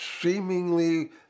seemingly